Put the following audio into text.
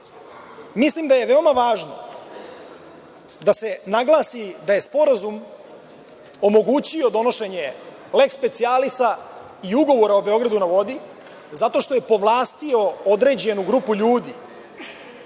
Ustav? Mislim da je veoma važno da se naglasi da je Sporazum omogućio donošenje leks specijalisa i Ugovora o „Beogradu na vodi“ zato što je povlastio određenu grupu ljudi